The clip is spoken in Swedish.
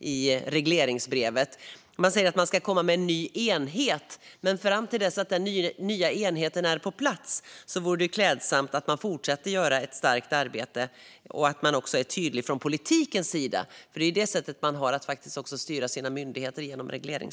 i regleringsbrevet. Man säger att man ska komma med en ny enhet, men fram till dess att den nya enheten är på plats vore det klädsamt om man fortsatte att göra ett starkt arbete och om man var tydlig från politikens sida. Regleringsbrevet är ju det sätt man har att styra sina myndigheter.